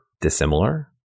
dissimilar